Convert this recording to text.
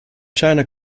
china